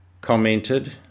commented